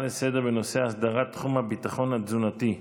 בנושא: הסדרת תחום הביטחון התזונתי,